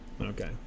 okay